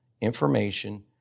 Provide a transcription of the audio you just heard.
information